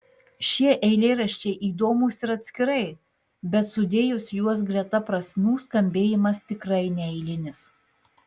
šie eilėraščiai įdomūs ir atskirai bet sudėjus juos greta prasmių skambėjimas tikrai neeilinis